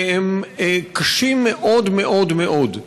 והם קשים מאוד מאוד מאוד.